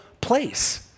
place